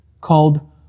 called